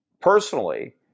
personally